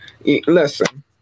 listen